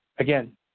Again